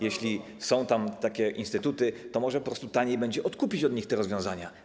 Jeśli są tam takie instytuty, to może po prostu taniej będzie odkupić od nich te rozwiązania?